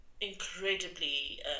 incredibly